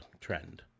trend